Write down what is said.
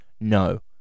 no